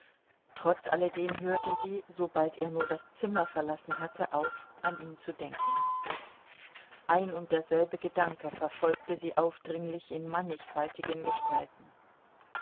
trotz alledem hörte sie sobald er nur das zimmer verlassen hatte auf an ihn zu denken ein und derselbe gedanke verfolgte sie aufdringlich in mannigfaltigen gestalten